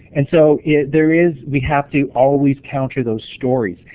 and so there is we have to always counter those stories,